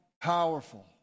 powerful